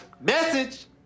Message